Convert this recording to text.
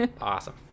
Awesome